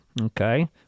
Okay